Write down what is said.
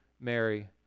Mary